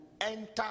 enter